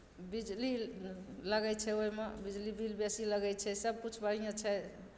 बिजली लगै छै ओहिमे बिजली बिल बेसी लगै छै सभकिछु बढ़िआँ छै